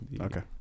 okay